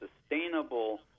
sustainable